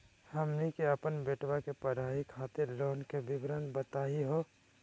हमनी के अपन बेटवा के पढाई खातीर लोन के विवरण बताही हो?